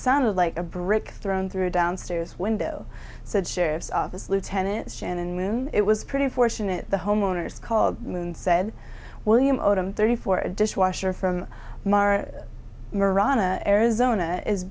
sounded like a brick thrown threw down this window said sheriff's office lieutenant shannon moon it was pretty fortunate the homeowners called moon said william odom thirty four a dishwasher from mara moran a arizona is